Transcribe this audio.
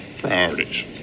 priorities